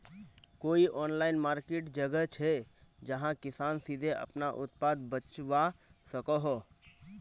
कोई online market जगह छे जहाँ किसान सीधे अपना उत्पाद बचवा सको हो?